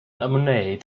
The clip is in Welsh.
ymwneud